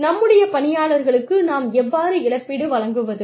நம்முடைய பணியாளர்களுக்கு நாம் எவ்வாறு இழப்பீடு வழங்குவது